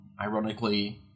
ironically